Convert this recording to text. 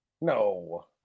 no